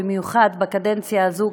במיוחד בקדנציה הזו,